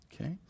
Okay